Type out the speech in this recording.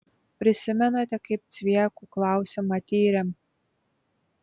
prisimenate kaip cviekų klausimą tyrėm